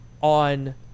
on